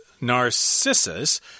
Narcissus